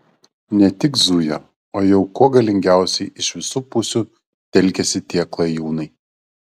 ne tik zuja o jau kuo galingiausiai iš visų pusių telkiasi tie klajūnai